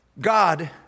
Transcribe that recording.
God